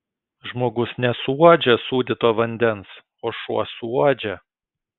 žmogus nesuuodžia sūdyto vandens o šuo suuodžia